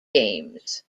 games